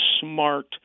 smart